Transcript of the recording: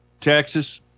Texas